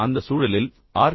எனவே அந்த சூழலில் ஆர்